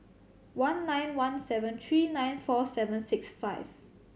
one nine one seven three nine four seven six five